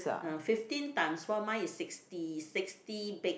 uh fifteen times four mine is sixty sixty baked